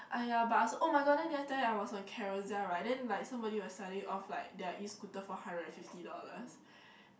(aiya) but I also [oh]-my-god then did I tell you I was on Carousell right then like somebody was selling off like their E-Scooter for hundred and fifty dollars